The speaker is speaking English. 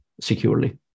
securely